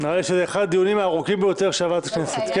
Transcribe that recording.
הדיונים הארוכים ביותר של ועדת הכנסת.